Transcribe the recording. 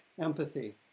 empathy